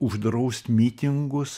uždraust mitingus